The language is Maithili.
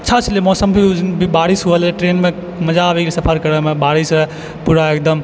अच्छा छलै मौसम भी ओहि दिन बारिश होइ छलै ट्रेनमे मजा आबि गेलै सफर करऽ मे बारिश पूरा एकदम